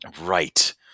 Right